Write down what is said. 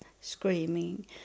screaming